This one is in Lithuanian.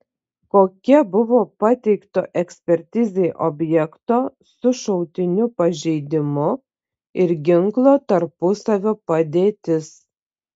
kokia buvo pateikto ekspertizei objekto su šautiniu pažeidimu ir ginklo tarpusavio padėtis